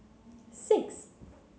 six